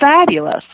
fabulous